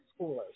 schoolers